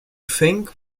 think